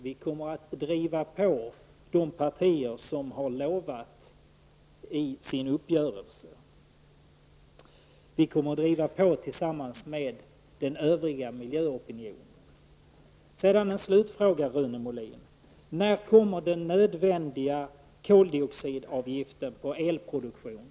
Vi kommer att driva på så att partierna kommer att hålla vad de har lovat i uppgörelsen. Vi kommer att driva på tillsammans med den övriga miljöopinionen. En slutfråga till Rune Molin: När kommer förslag om den nödvändiga koldioxidavgiften på elproduktion?